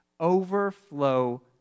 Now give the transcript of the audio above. overflow